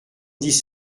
dix